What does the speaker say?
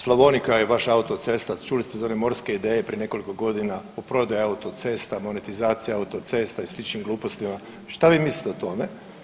Slavonika je vaša autocesta, čuli ste za one morske ideje prije nekoliko godina o prodaji autocesta, monetizacija autocesta i sličnim glupostima, šta vi mislite o tome?